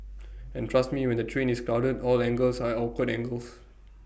and trust me when the train is crowded all angles are awkward angles